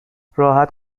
راحت